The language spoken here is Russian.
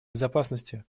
безопасности